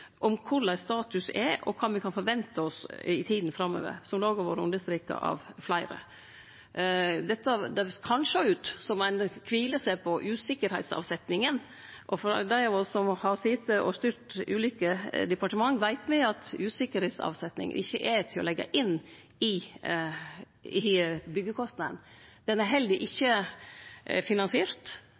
om korleis status er, og kva me kan forvente oss i tida framover, noko som òg har vore understreka av fleire. Det kan sjå ut som om ein kviler seg på usikkerheitsavsetninga. Dei av oss som har sete og styrt ulike departement, veit at usikkerheitsavsetninga ikkje er til å leggje inn i byggjekostnadene. Ho er heller ikkje finansiert.